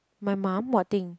my mum what thing